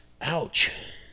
Ouch